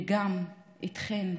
וגם איתכם,